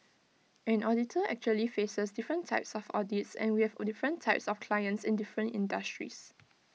an auditor actually faces different types of audits and we have different types of clients in different industries